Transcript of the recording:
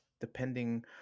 depending